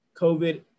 COVID